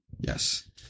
Yes